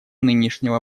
нынешнего